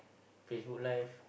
Facebook Live